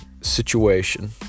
situation